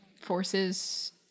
Forces